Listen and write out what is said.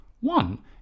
One